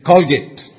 Colgate